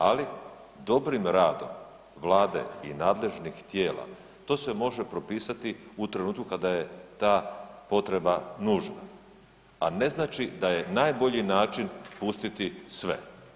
Ali dobrim radom Vlade i nadležnih tijela, to se može propisati u trenutku kada je ta potreba nužna a ne znači da je najbolji način pustiti sve.